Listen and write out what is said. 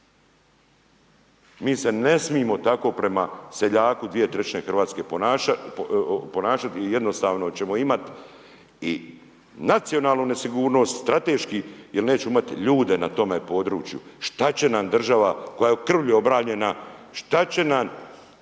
Mi se ne smijemo tako prema seljaku dvije trećine Hrvatske ponašati i jednostavno ćemo imati i nacionalnu nesigurnost, strateški jer nećemo imati ljude na tome području šta će nam država koja je krvlju obranjena, šta će nam